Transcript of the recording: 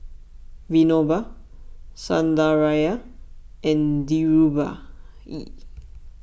Vinoba Sundaraiah and Dhirubhai